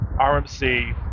RMC